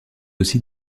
aussi